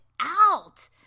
out